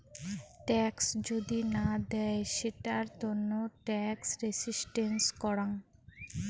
tax যদি না দেয় সেটার তন্ন ট্যাক্স রেসিস্টেন্স করাং